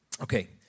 Okay